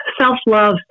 self-love